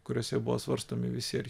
kuriose buvo svarstomi visi